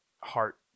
heart